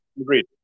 Agreed